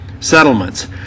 Settlements